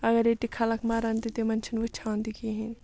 اگر ییٚتِکۍ خلق مَرَن تہِ تہٕ تِمَن چھِنہٕ وٕچھان تہِ کِہیٖنۍ